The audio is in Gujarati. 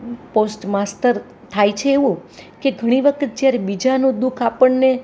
પોસ્ટ માસ્ટર થાય છે એવું કે ઘણીવખત જ્યારે બીજાનું દુ ખ આપણને